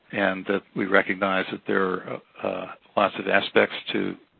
and that we recognize that there are lots of aspects to